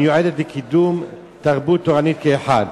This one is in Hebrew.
וכל פעילות אחרת המיועדת לקידום תרבות תורנית כאחד".